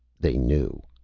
they knew.